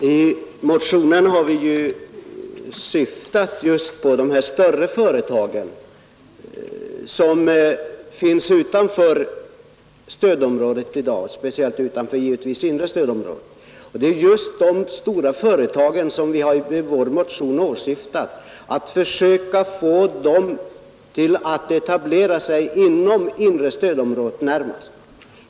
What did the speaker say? Herr talman! I motionen har vi syftat just på de större företagen som finns utanför stödområdet i dag. Vi vill försöka få dessa större företag att genom filialföretag etablera sig inom det inre stödområdet.